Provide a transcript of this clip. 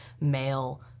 male